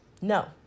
No